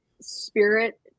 Spirit